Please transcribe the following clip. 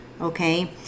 Okay